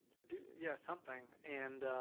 or do yeah something and